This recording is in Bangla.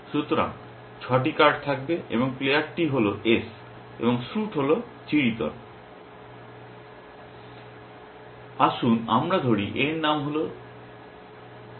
সুতরাং 6টি কার্ড থাকবে এই প্লেয়ারটি হল S এবং স্যুট হল চিড়িতন । আসুন আমরা ধরি এর নাম হল 3